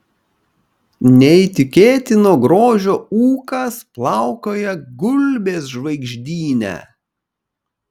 neįtikėtino grožio ūkas plaukioja gulbės žvaigždyne